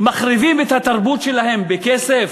מחריבים את התרבות שלהם בכסף?